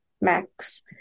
max